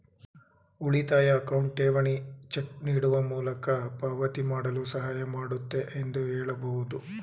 ಉಳಿತಾಯ ಅಕೌಂಟ್ ಠೇವಣಿ ಚೆಕ್ ನೀಡುವ ಮೂಲಕ ಪಾವತಿ ಮಾಡಲು ಸಹಾಯ ಮಾಡುತ್ತೆ ಎಂದು ಹೇಳಬಹುದು